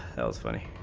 those funny